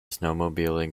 snowmobiling